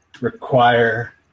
require